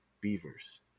Beavers